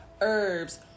herbs